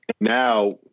Now